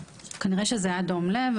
כנראה שזה היה דום לב,